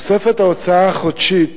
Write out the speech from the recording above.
תוספת ההוצאה החודשית